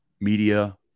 media